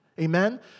amen